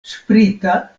sprita